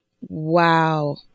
Wow